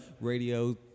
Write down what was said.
radio